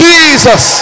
Jesus